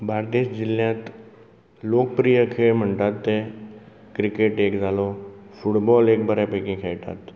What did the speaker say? बार्देस जिल्यांत लोकप्रिय खेळ म्हणटात तें क्रिकेट एक जालो फुटबॉल एक बऱ्या पैकी खेळटात